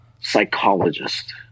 psychologist